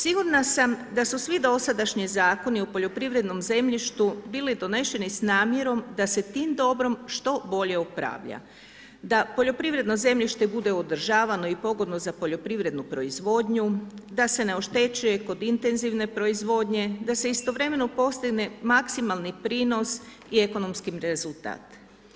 Sigurna sam da su svi dosadašnji zakoni o poljoprivrednom zemljištu bili doneseni s namjerom da se tim dobrom što bolje upravlja, da poljoprivredno zemljište bude održavano i pogodno za poljoprivrednu proizvodnju, da se ne oštećuje kod intenzivne proizvodnje, da se istovremeno postigne maksimalni prinos i ekonomski rezultat.